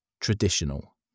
traditional